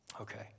Okay